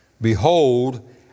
Behold